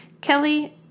Kelly